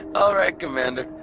all right, commander.